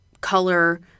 color